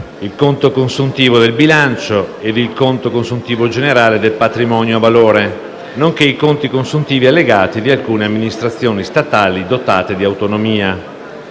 il conto consuntivo del bilancio e il conto consuntivo generale del patrimonio a valore, nonché i conti consuntivi allegati di alcune amministrazioni statali dotate di autonomia.